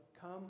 come